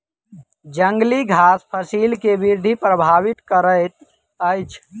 जंगली घास फसिल के वृद्धि प्रभावित करैत अछि